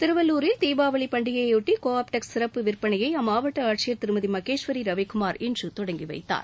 திருவள்ளூரில் தீபாவளி பண்டிகையையொட்டி கோ ஆப்டெக்ஸ் சிறப்பு விற்பனையை அம்மாவட்ட ஆட்சியர் திருமதி மகேஸ்வரி ரவிக்குமார் இன்று தொடங்கி வைத்தார்